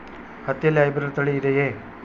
ಹತ್ತಿಯಲ್ಲಿ ಹೈಬ್ರಿಡ್ ತಳಿ ಇದೆಯೇ?